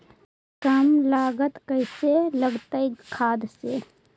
कम लागत कैसे लगतय खाद से?